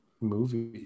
movie